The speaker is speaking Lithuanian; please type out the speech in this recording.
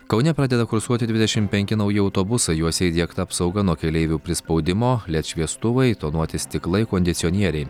kaune pradeda kursuoti dvidešimt penki nauji autobusai juose įdiegta apsauga nuo keleivių prispaudimo led šviestuvai tonuoti stiklai kondicionieriai